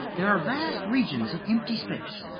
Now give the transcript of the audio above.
there are vast regions of empty space.